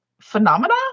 phenomena